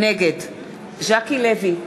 נגד ז'קי לוי,